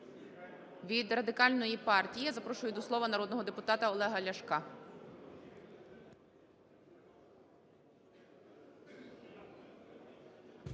Від Радикальної партії я запрошую до слова народного депутата Олега Ляшка.